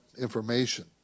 information